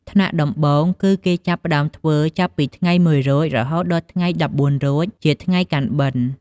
ថ្នាក់ដំបូង គឺគេចាប់ផ្ដើមធ្វើចាប់ពីថ្ងៃ ១រោច រហូតដល់ថ្ងៃ១៤រោច ជាថ្ងៃកាន់បិណ្ឌ។